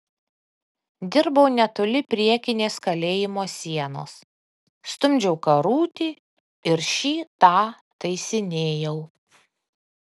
dirbau netoli priekinės kalėjimo sienos stumdžiau karutį ir šį tą taisinėjau